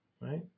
right